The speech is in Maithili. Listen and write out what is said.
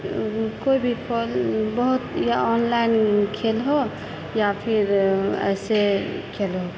कोइ भी खोल बहुत या ऑनलाइन खेल हो या फिर ऐसे खेल हो